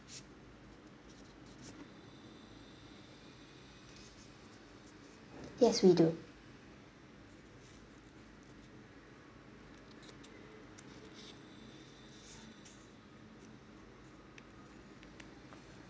yes we do